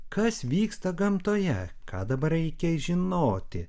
kas vyksta gamtoje ką dabar reikia žinoti